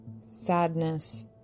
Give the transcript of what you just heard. sadness